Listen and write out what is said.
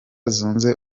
zunze